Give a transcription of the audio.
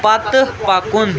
پتہٕ پکُن